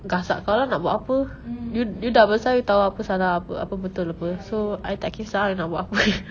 gasak kau lah nak buat apa you you dah besar you tahu apa salah apa betul apa so I tak kesah ah dia nak buat apa